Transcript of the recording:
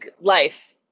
life